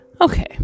Okay